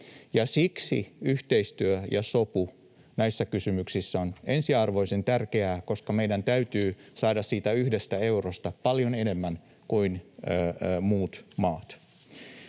Siksi yhteistyö ja sopu näissä kysymyksissä on ensiarvoisen tärkeää, koska meidän täytyy saada siitä yhdestä eurosta paljon enemmän kuin muut maat.